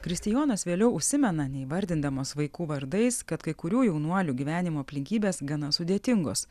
kristijonas vėliau užsimena neįvardindamas vaikų vardais kad kai kurių jaunuolių gyvenimo aplinkybės gana sudėtingos